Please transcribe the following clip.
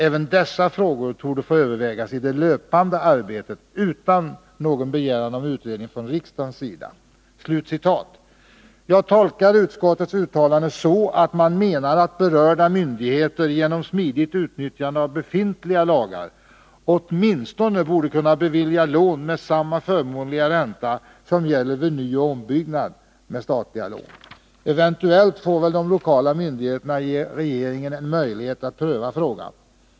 Även dessa frågor torde få övervägas i det löpandet arbetet utan någon begäran om utredning från riksdagens sida.” Jag tolkar utskottets uttalande så, att man menar att berörda myndigheter genom smidigt utnyttjande av befintliga lagar åtminstone borde kunna bevilja lån med samma förmånliga ränta som gäller vid nyoch ombyggnader med statliga lån. Eventuellt får väl de lokala myndigheterna ge regeringen en möjlighet att pröva frågan.